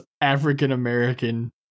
African-American